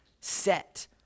set